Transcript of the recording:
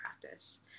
practice